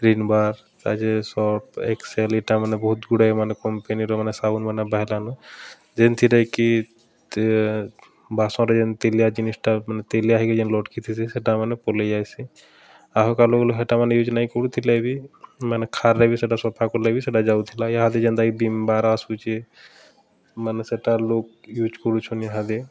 Rin bar ତାପଛେ Surf Excel ଇଟା ମାନେ ବହୁତ ଗୁଡ଼େ ମାନେ କମ୍ପାନୀର ମାନେ ସାବୁନ୍ ମାନେ ବାହାରିଲାନ ଯେନ୍ଥିରେ କି ବାସନ୍ରେ ଯେନ୍ ତେଲିଆ ଜିନିଷ୍ଟା ମାନେ ତେଲିଆ ହେଇକି ଯେନ୍ ଲଟ୍କିଥିସି ସେଟା ମାନେ ପଲେଇ ଯାଇସି ଆଘ କାଲର୍ ଲୋକ୍ ହେଟାମାନେ ୟୁଜ୍ ନାଇଁ କରୁଥିଲେ ବି ମାନେ ଖାର୍ରେ ବି ସେଟା ସଫା କଲେ ବି ସେଟା ଯାଉଥିଲା ଇହାଦେ ଯେନ୍ତା କି ଭୀମ ବାର୍ ଆସୁଚେ ମାନେ ସେଟା ଲୋକ ୟୁଜ୍ କରୁଛନ୍ ଇହାଦେ